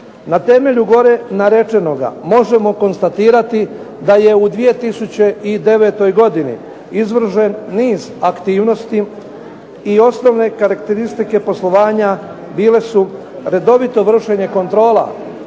Na temelju gore narečenoga možemo konstatirati da je u 2009. godini izvršen niz aktivnosti i osnovne karakteristike poslovanja bile su redovito vršenje kontrola